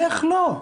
איך לא?